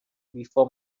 before